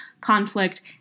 conflict